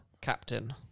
captain